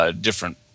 different